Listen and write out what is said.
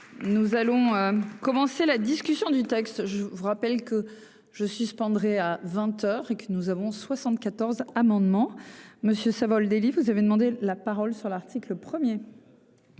nous allons commencer la discussion du texte. Je vous rappelle que je suspendrai à 20 heures et que nous avons 74 amendement monsieur Savoldelli, vous avez demandé la parole sur l'article 1er.